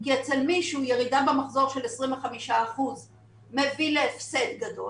כי אצל מישהו ירידה במחזור של 25% מביא להפסד גדול